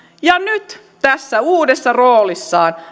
ja nyt tässä uudessa roolissaan